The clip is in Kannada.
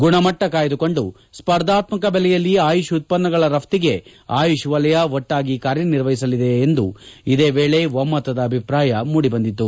ಗುಣಮಟ್ಷ ಕಾಯ್ದುಕೊಂಡು ಸ್ಪರ್ಧಾತ್ಮಕ ಬೆಲೆಯಲ್ಲಿ ಆಯುಷ್ ಉತ್ಪನ್ನಗಳ ರಫ್ತಿಗೆ ಆಯುಷ್ ವಲಯ ಒಟ್ಷಾಗಿ ಕಾರ್ಯನಿರ್ವಹಿಸಲಿದೆ ಎಂದು ಇದೇ ವೇಳೆ ಒಮ್ನದ ಅಭಿಪ್ರಾಯ ಮೂಡಿಬಂದಿತು